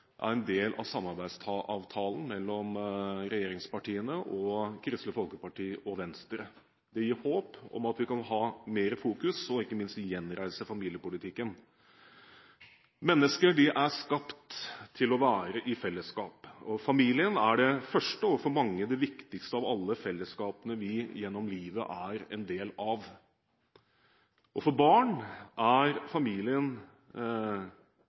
er en del av samarbeidsavtalen mellom regjeringspartiene og Kristelig Folkeparti og Venstre. Det gir håp om at vi kan fokusere mer på og ikke minst gjenreise familiepolitikken. Mennesker er skapt til å være i fellesskap. Familien er det første, og for mange det viktigste, av alle fellesskapene vi gjennom livet er en del av. For barn er familien